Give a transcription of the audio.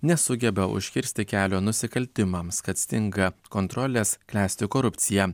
nesugeba užkirsti kelio nusikaltimams kad stinga kontrolės klesti korupcija